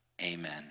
amen